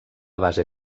base